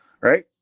right